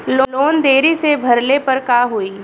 Loan देरी से भरले पर का होई?